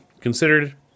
considered